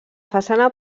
façana